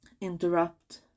interrupt